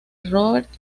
robert